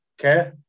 Okay